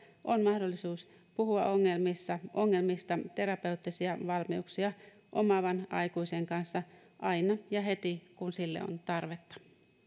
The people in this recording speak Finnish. on mahdollisuus puhua ongelmista ongelmista terapeuttisia valmiuksia omaavan aikuisen kanssa aina ja heti kun sille on tarvetta